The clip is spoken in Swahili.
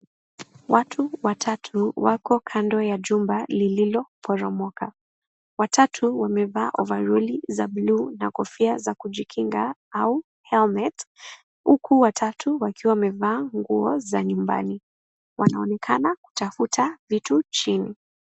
Watu watatu wako kando ya jumba lililoporomoka. Watatu wamevaa ovaroli za buluu na kofia za kujikinga au helmet huku watatu wakiwa wamevaa nguo za nyumbani. Wanaonekana kutafuta vitu chini.